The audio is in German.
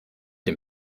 dem